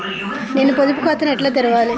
నేను పొదుపు ఖాతాను ఎట్లా తెరవాలి?